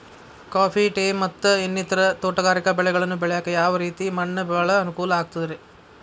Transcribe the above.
Coffee, tea, ಮತ್ತ ಇನ್ನಿತರ ತೋಟಗಾರಿಕಾ ಬೆಳೆಗಳನ್ನ ಬೆಳೆಯಾಕ ಯಾವ ರೇತಿ ಮಣ್ಣ ಭಾಳ ಅನುಕೂಲ ಆಕ್ತದ್ರಿ?